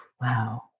Wow